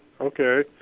Okay